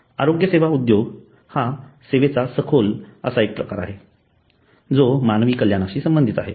आरोग्यसेवा उद्योग हा सेवेचा सखोल असा एक प्रकार आहे जो मानवी कल्याणाशी संबंधित आहे